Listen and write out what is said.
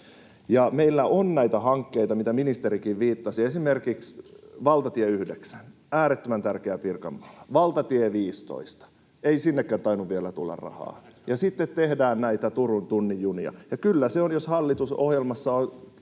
Meillä on näitä hankkeita, mihin ministerikin viittasi: esimerkiksi valtatie 9, äärettömän tärkeä Pirkanmaalla, valtatie 15, ei sinnekään tainnut vielä tulla rahaa. Ja sitten tehdään näitä Turun tunnin junia. Ja kyllä se on niin, jos hallitusohjelmassa on